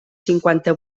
cinquanta